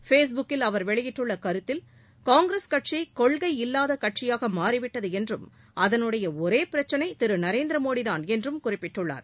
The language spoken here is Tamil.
ஃபேஸ்புக் க்கில் அவர் வெளியிட்டுள்ள கருத்தில் காங்கிரஸ் கட்சி கொள்கை இல்லாத கட்சியாக மாறிவிட்டது என்றும் அதனுடைய ஒரே பிரச்சினை திரு நரேந்திர மோடிதான் என்றும் குறிப்பிட்டுள்ளார்